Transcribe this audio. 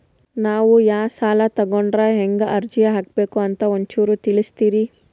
ನಾವು ಯಾ ಸಾಲ ತೊಗೊಂಡ್ರ ಹೆಂಗ ಅರ್ಜಿ ಹಾಕಬೇಕು ಅಂತ ಒಂಚೂರು ತಿಳಿಸ್ತೀರಿ?